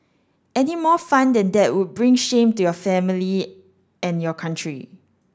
any more fun that that would bring shame to your family and your country